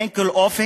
אין כל אופק,